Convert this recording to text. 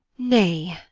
nay,